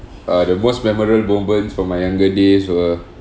uh the most memorable moments from my younger days were